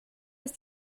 ist